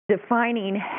defining